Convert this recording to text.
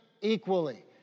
equally